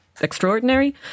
extraordinary